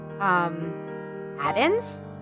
add-ins